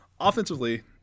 Offensively